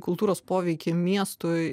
kultūros poveikį miestui